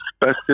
best